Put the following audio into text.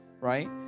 Right